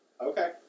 Okay